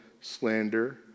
slander